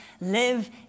live